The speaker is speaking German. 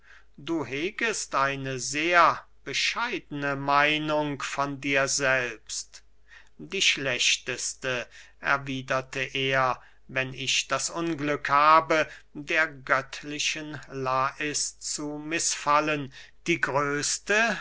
du hegest eine sehr bescheidene meinung von dir selbst die schlechteste erwiederte er wenn ich das unglück habe der göttlichen lais zu mißfallen die größte